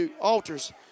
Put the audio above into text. altars